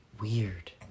Weird